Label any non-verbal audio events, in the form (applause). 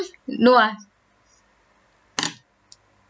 (laughs) no ah